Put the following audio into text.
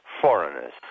foreigners